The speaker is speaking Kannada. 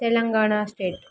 ತೆಲಂಗಾಣ ಸ್ಟೇಟ್